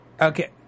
okay